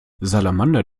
salamander